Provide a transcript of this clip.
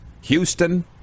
Houston